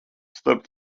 starp